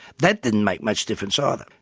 that didn't make much difference either.